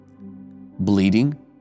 bleeding